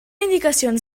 indicacions